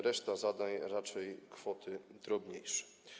Reszta zadań - raczej kwoty drobniejsze.